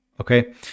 okay